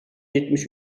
yetmiş